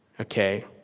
okay